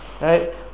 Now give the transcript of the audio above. right